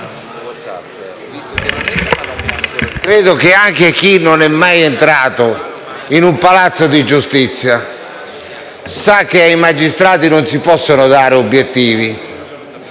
credo che anche chi non sia mai entrato in un palazzo di giustizia sappia che ai magistrati non si possono dare obiettivi.